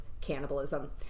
cannibalism